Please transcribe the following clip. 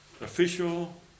official